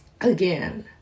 again